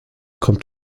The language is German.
kommt